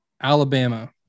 Alabama